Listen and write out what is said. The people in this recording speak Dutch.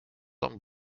een